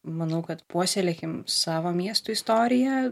manau kad puoselėkim savo miestų istoriją